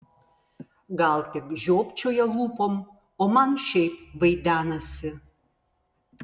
gal tik žiopčioja lūpom o man šiaip vaidenasi